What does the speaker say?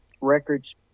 Records